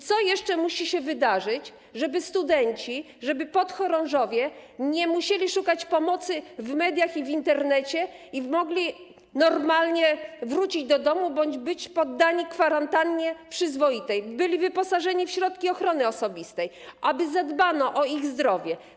Co jeszcze musi się wydarzyć, żeby studenci, żeby podchorążowie nie musieli szukać pomocy w mediach i w Internecie, żeby mogli normalnie wrócić do domu bądź być poddani przyzwoitej kwarantannie, żeby byli wyposażeni w środki ochrony osobistej, żeby zadbano o ich zdrowie?